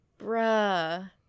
Bruh